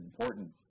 important